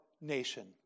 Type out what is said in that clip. nation